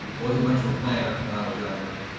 wasn't much of a planner when i was younger.